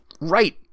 Right